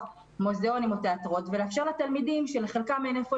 מוזיאונים או תיאטראות ולאפשר לתלמידים שלחלקם אין איפה